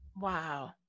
wow